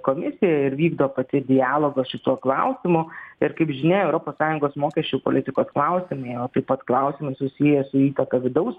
komisiją ir vykdo pati dialogą šituo klausimu ir kaip žinia europos sąjungos mokesčių politikos klausimai o taip pat klausimai susiję su įtaka vidaus